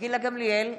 גילה גמליאל,